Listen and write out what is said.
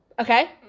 Okay